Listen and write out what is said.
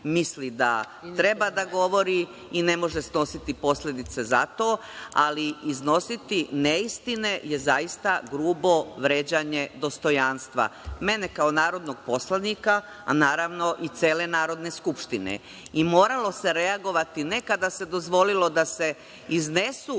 misli da treba da govori i ne može snositi posledice za to, ali iznositi neistine je zaista grubo vređanje dostojanstva mene kao narodnog poslanika, a naravno i cele Narodne skupštine. Moralo se reagovati ne kada se dozvolilo da se iznesu